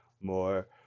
more